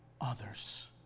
others